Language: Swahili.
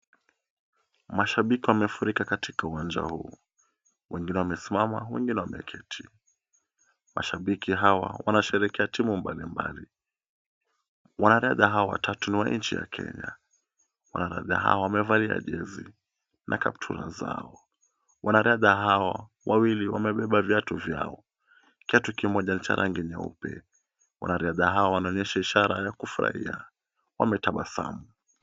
Mashabiki wamefurika katika uwanja huu wengine wamesimama, wengine wameketi. Mashabiki hawa wanasherehekea timu mbalimbali. Wanadada hawa watatu ni wa nchi ya Kenya. Wanadada hawa wamevalia jezi na kaptula zao. Wanadada hao, wawili wamebeba viatu vyao. Kiatu kimoja ni ya rangi nyeupe. Wanadada hao wanaonyesha ishara ya kufurahia, wametabasamu.